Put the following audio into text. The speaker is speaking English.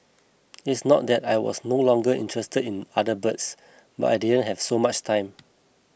it's not that I was no longer interested in other birds but I didn't have so much time